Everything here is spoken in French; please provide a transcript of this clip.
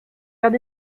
leurs